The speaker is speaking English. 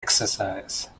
exercise